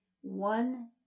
One